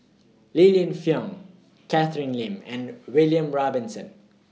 Li Lienfung Catherine Lim and William Robinson